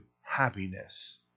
happiness